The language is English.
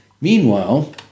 Meanwhile